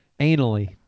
Anally